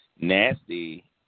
Nasty